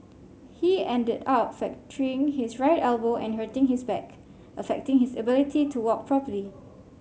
he ended up fracturing his right elbow and hurting his back affecting his ability to walk properly